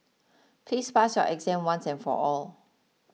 please pass your exam once and for all